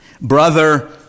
Brother